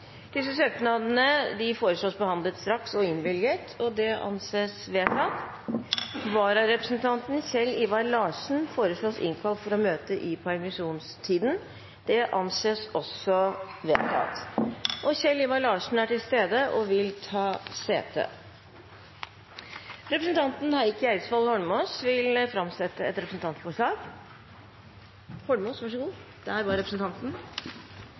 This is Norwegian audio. besluttet: Søknadene behandles straks og innvilges. Vararepresentanten, Kjell Ivar Larsen , innkalles for å møte i permisjonstiden. Kjell Ivar Larsen er til stede og vil ta sete. Representanten Heikki Eidsvoll Holmås vil framsette et representantforslag.